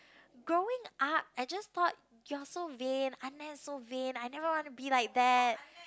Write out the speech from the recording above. growing up I just thought you are so vain is so vain I never want to be like that